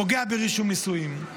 פוגע ברישום נישואים.